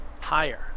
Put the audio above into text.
higher